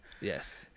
yes